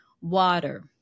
water